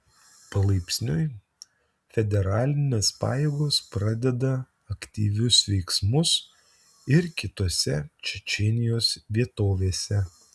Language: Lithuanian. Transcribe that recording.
palaipsniui federalinės pajėgos pradeda aktyvius veiksmus ir kitose čečėnijos vietovėse